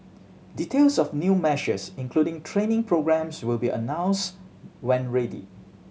details of new measures including training programmes will be announced when ready